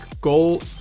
goal